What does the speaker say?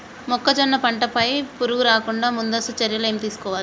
మొక్కజొన్న పంట పై పురుగు రాకుండా ముందస్తు చర్యలు ఏం తీసుకోవాలి?